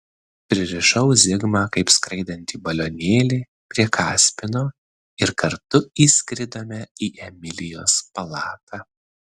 pririšau zigmą kaip skraidantį balionėlį prie kaspino ir kartu įskridome į emilijos palatą